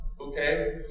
okay